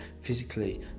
physically